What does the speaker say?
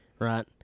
Right